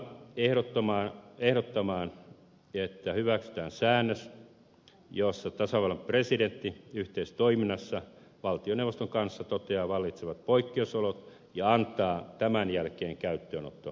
me tulemme ehdottamaan että hyväksytään säännös jossa tasavallan presidentti yhteistoiminnassa valtioneuvoston kanssa toteaa vallitsevat poikkeusolot ja antaa tämän jälkeen käyttöönottoasetuksen